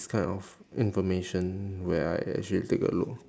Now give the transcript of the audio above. this kind of information where I actually take a look